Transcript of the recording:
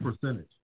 percentage